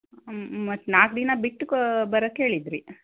ಮತ್ತು ನಾಲ್ಕು ದಿನ ಬಿಟ್ಟು ಕ ಬರಕ್ಕೆ ಹೇಳಿದ್ದಿರಿ